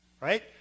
Right